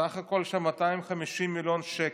בסך הכול 250 מיליון שקל.